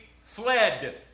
fled